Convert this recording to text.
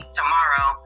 tomorrow